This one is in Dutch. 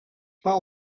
paul